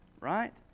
Right